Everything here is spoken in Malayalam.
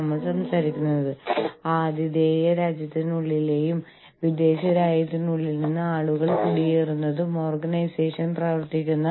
കൂടാതെ ഇത് ലോകത്തിന്റെ മറ്റു ഭാഗങ്ങളിലേക്ക് ചുരുങ്ങിയ സമയത്തിനുള്ളിൽ ആശയവിനിമയം നടത്തപ്പെടുന്നു